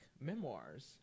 memoirs